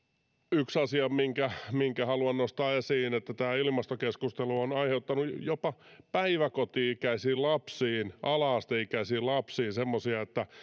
yksi asia minkä minkä haluan nostaa esiin on se että tämä ilmastokeskustelu on aiheuttanut jopa päiväkoti ikäisille lapsille ala asteikäisille lapsille semmoista